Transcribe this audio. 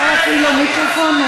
אפשר להפעיל לו מיקרופון,